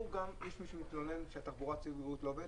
יש מי שמתלונן שהתחבורה הציבורית לא עובדת,